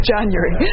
January